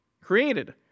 created